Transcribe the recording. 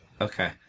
Okay